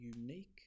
unique